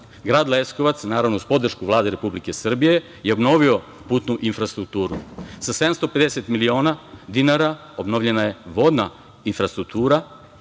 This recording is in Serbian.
grad Leskovac, naravno uz podršku Vlade Republike Srbije, obnovio je putnu infrastrukturu. Sa 750 miliona dinara obnovljena je vodna infrastruktura